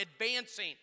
advancing